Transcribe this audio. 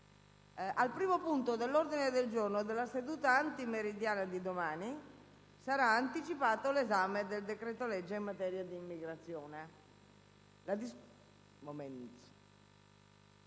al primo punto dell'ordine del giorno della seduta antimeridiana di domani sarà anticipato l'esame del decreto-legge in materia di immigrazione.